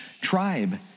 tribe